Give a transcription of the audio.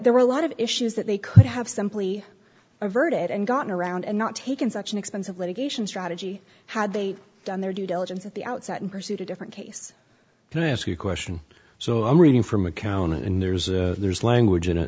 there were a lot of issues that they could have simply averted and gotten around and not taken such an expensive litigation strategy had they done their due diligence at the outset and pursued a different case and i ask you a question so i'm reading from accounting and there's a there's language in it